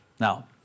Now